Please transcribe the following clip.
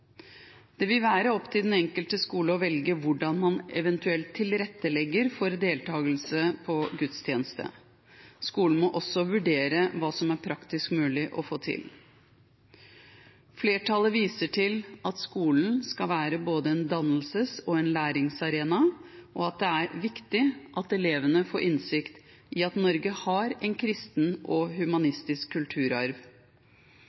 Det vil være opp til den enkelte skole å velge hvordan man eventuelt tilrettelegger for deltakelse på gudstjeneste. Skolen må også vurdere hva som er praktisk mulig å få til. Flertallet viser til at skolen skal være både en dannelses- og en læringsarena, at det er viktig at elevene får innsikt i at Norge har en kristen og